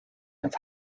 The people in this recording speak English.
have